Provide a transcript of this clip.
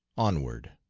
onward!